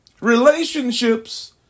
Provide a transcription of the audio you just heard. Relationships